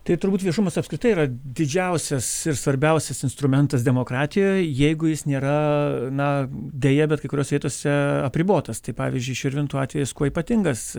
tai turbūt viešumas apskritai yra didžiausias ir svarbiausias instrumentas demokratijoj jeigu jis nėra na deja bet kai kurios vietose apribotas tai pavyzdžiui širvintų atvejis kuo ypatingas